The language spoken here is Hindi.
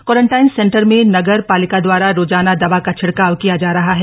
क्वारंटाइन सेंटर में नगर पालिका दवारा रोजाना दवा का छिड़काव किया जा रहा है